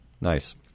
Nice